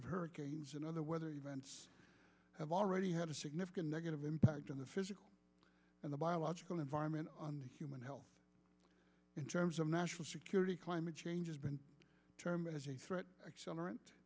of hurricanes and other weather events have already had a significant negative impact on the physical and the biological environment on human health in terms of national security climate change has been termed as a threat accel